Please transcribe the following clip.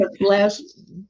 last